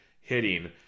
hitting